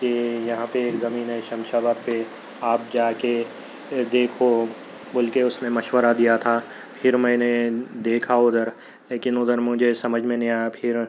کہ یہاں پہ ایک زمین ہے شمشا آباد پہ آپ جا کے دیکھو بول کے اس نے مشورہ دیا تھا پھر میں نے دیکھا ادھر لیکن ادھر مجھے سمجھ میں نہیں آیا پھر